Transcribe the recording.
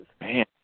Man